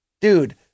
dude